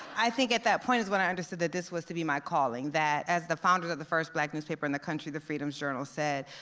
i think at that point is when i understood that this was to be my calling. that as the founder of the first black newspaper in the country, the freedom's journal said,